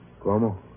Como